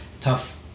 tough